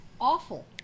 awful